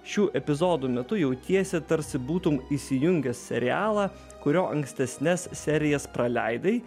šių epizodų metu jautiesi tarsi būtum įsijungęs serialą kurio ankstesnes serijas praleidai